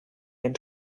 and